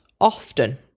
often